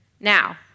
Now